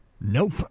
Nope